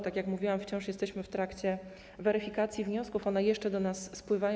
Tak jak mówiłam, wciąż jesteśmy w trakcie weryfikacji wniosków, one jeszcze do nas spływają.